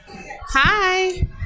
Hi